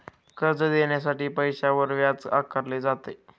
कर्ज देण्यासाठी पैशावर व्याज आकारले जाते